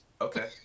Okay